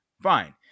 fine